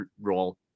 role